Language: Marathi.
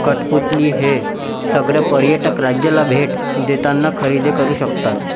कठपुतली हे सगळं पर्यटक राज्याला भेट देताना खरेदी करू शकतात